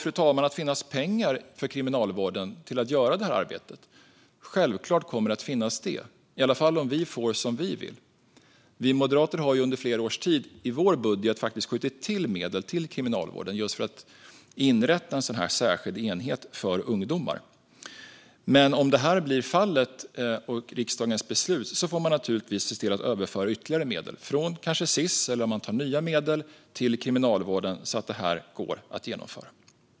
Kommer det att finnas pengar för Kriminalvården till att göra arbetet? Självklart kommer det att finnas pengar, i alla fall om vi får som vi vill. Vi moderater har under flera års tid i vår budget skjutit till medel till Kriminalvården just för att inrätta en särskild enhet för ungdomar. Om det blir riksdagens beslut får vi naturligtvis se till att överföra ytterligare medel från Sis - eller nya medel - till Kriminalvården så att det går att genomföra.